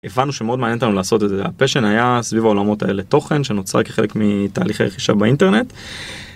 הבנו שמאוד מעניין אותנו לעשות את זה ה passion היה סביב העולמות האלה תוכן שנוצר כחלק מתהליכי רכישה באינטרנט.